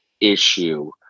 issue